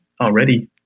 already